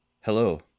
Hello